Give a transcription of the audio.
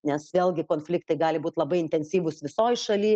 nes vėlgi konfliktai gali būt labai intensyvūs visoj šaly